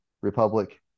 republic